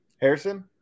Harrison